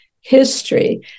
history